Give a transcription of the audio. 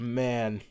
man